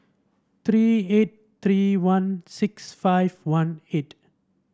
three eight three one six five one eight